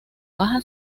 baja